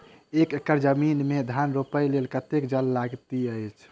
एक एकड़ जमीन मे धान रोपय लेल कतेक जल लागति अछि?